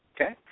okay